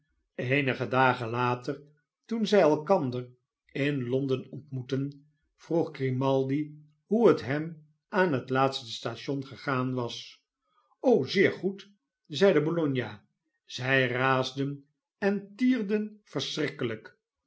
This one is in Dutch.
eenige dagen later toen zij elkander in londen ontmoetten vroeg grimaldi hoe het hem aan het laatste station gegaan was zeer goed zeide bologna zij raasden en tierden verschrikkelijk